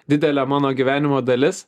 didelė mano gyvenimo dalis